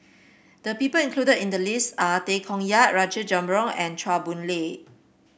the people included in the list are Tay Koh Yat Rajabali Jumabhoy and Chua Boon Lay